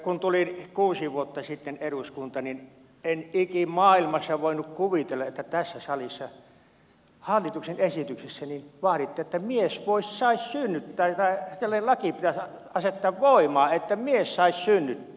kun tulin kuusi vuotta sitten eduskuntaan niin en ikimaailmassa voinut kuvitella että tässä salissa hallituksen esityksessä vaaditte että mies saisi synnyttää tai tällainen laki pitäisi asettaa voimaan että mies saisi synnyttää